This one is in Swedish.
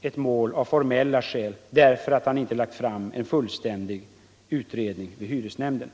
ett mål av formella skäl, därför att han inte lagt fram en fullständig utredning vid hyresnämnden.